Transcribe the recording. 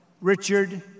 Richard